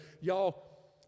y'all